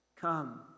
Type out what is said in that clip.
Come